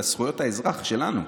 לזכויות האזרח שלנו,